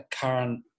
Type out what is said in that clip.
current